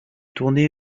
tourné